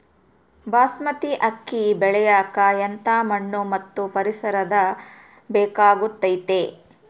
ಬಾಸ್ಮತಿ ಅಕ್ಕಿ ಬೆಳಿಯಕ ಎಂಥ ಮಣ್ಣು ಮತ್ತು ಪರಿಸರದ ಬೇಕಾಗುತೈತೆ?